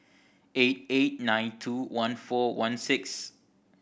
eight eight nine two one four one six